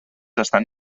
estan